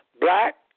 Black